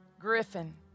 Griffin